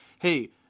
hey